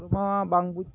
ᱱᱚᱣᱟ ᱵᱟᱝ ᱵᱩᱡᱽ